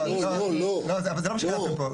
לא, זה לא מה שכתבתם פה.